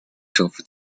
政府